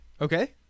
Okay